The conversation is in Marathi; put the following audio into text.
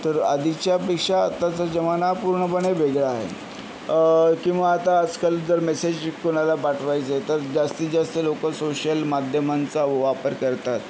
तर आधीच्यापेक्षा आत्ताचा जमाना पूर्णपणे वेगळा आहे किंवा आता आजकाल जर मेसेज कोणाला पाठवायचं आहे तर जास्तीत जास्त लोक सोशल माध्यमांचा वापर करतात